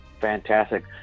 Fantastic